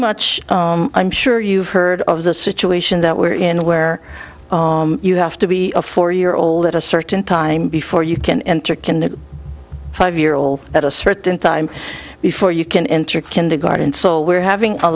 much i'm sure you've heard of the situation that we're in where you have to be a four year old at a certain time before you can enter can the five year old at a certain time before you can enter kindergarten so we're having a